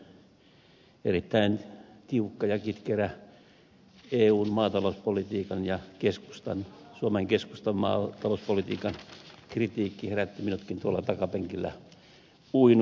salon erittäin tiukka ja kitkerä eun maatalouspolitiikan ja suomen keskustan maatalouspolitiikan kritiikki herätti minutkin tuolla takapenkillä uinujan